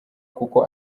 kuko